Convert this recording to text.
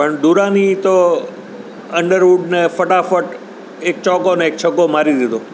પણ દુરાની તો અંડરવૂડને ફટાફટ એક ચોગ્ગો ને એક છગ્ગો મારી દીધો